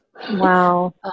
Wow